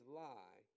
lie